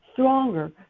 stronger